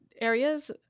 areas